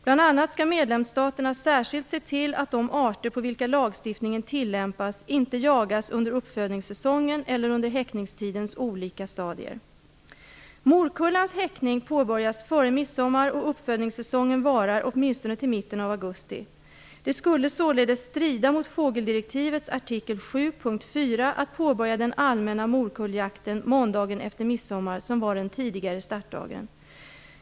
Bl.a. skall medlemsstaterna "särskilt se till att de arter på vilka lagstiftningen tillämpas inte jagas under uppfödningssäsongen eller under häckningstidens olika stadier". Morkullans häckning påbörjas före midsommar, och uppfödningssäsongen varar åtminstone till mitten av augusti. Det skulle således strida mot fågeldirektivets artikel 7 punkt 4 att påbörja den allmänna morkulljakten måndagen efter midsommar, som var den tidigare startdagen.